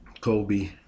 Kobe